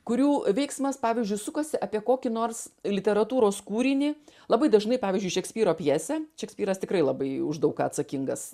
kurių veiksmas pavyzdžiui sukasi apie kokį nors literatūros kūrinį labai dažnai pavyzdžiui šekspyro pjesę šekspyras tikrai labai už daug ką atsakingas